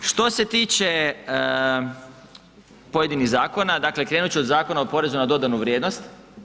Što se tiče pojedinih zakona, dakle krenut ću od Zakona o porezu na dodanu vrijednost.